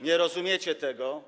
Nie rozumiecie tego.